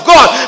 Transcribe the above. God